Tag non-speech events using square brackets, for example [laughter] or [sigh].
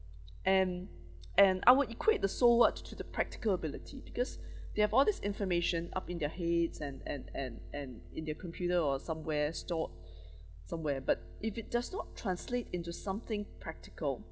and and I will equate the so what to to the practical ability because they have all this information up in their heads and and and and in their computer or somewhere stored [breath] somewhere but if it does not translate into something practical